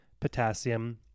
potassium